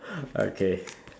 okay